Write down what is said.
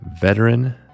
veteran